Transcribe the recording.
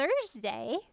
Thursday